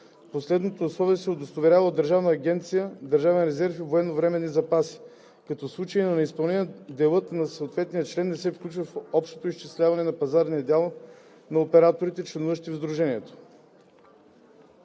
Последното условие се удостоверява от Държавна агенция „Държавен резерв и военновременни запаси“, като в случаи на неизпълнение делът на съответния член не се включва в общото изчисление на пазарния дял на операторите, членуващи в сдружението.“